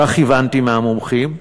כך הבנתי מהמומחים,